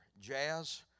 Jazz